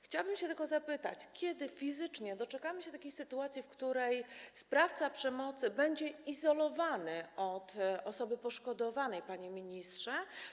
Chciałabym tylko zapytać, kiedy fizycznie doczekamy się takiej sytuacji, w której sprawca przemocy będzie izolowany od osoby poszkodowanej, panie ministrze.